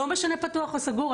לא משנה פתוח או סגור.